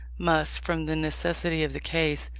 must, from the necessity of the case,